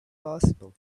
possible